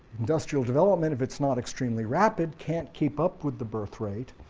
industrial development, if it's not extremely rapid, can't keep up with the birthrate,